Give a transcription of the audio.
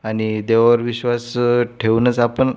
आणि देवावर विश्वास ठेवूनच आपण